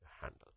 Handle